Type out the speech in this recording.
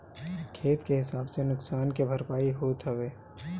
खेत के हिसाब से नुकसान के भरपाई होत हवे